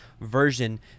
version